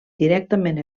directament